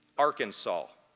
arkansas,